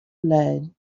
lead